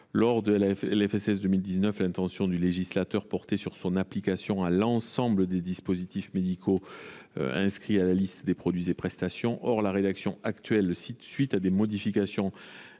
sociale pour 2019, l’intention du législateur portait sur son application à l’ensemble des dispositifs médicaux inscrits sur la liste des produits et prestations. Or la rédaction actuelle, à la suite de modifications induites